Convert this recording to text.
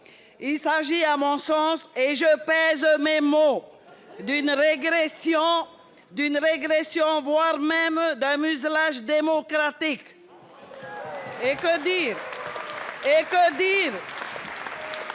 Il s'agit, à mon sens, et je pèse mes mots, d'une régression, voire d'un muselage démocratique. Et que dire de nos frères